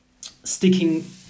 sticking